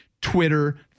twitter